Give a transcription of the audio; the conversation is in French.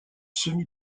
semi